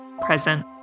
present